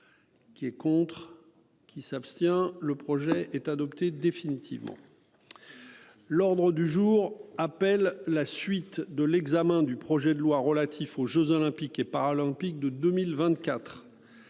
Qui est contre qui s'abstient. Le projet est adopté définitivement. L'ordre du jour appelle la suite de l'examen du projet de loi relatif aux Jeux olympiques et paralympiques de 2024.